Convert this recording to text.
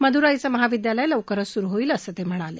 मदूराईचं महाविद्यालयं लवकरच सुरु होईल असं ते म्हणाले